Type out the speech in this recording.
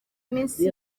minsi